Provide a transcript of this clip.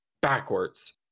backwards